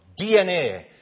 DNA